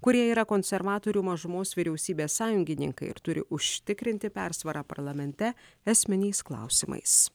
kurie yra konservatorių mažumos vyriausybės sąjungininkai ir turi užtikrinti persvarą parlamente esminiais klausimais